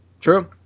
True